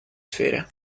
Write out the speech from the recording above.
сфере